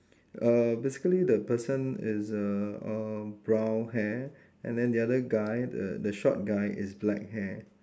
uh basically the person is err uh brown hair and then the other guy the the short guy is black hair